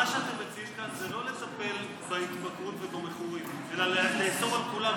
מה שאתם מציעים כאן זה לא לטפל בהתמכרות ובמכורים אלא לאסור על כולם,